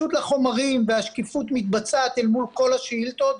הנגישות לחומרים והשקיפות מתבצעת אל מול כל השאילתות,